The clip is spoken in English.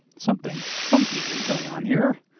something funky is going on here.